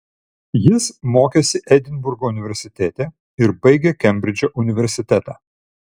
jis mokėsi edinburgo universitete ir baigė kembridžo universitetą